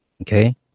okay